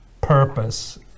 purpose